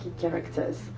characters